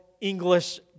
English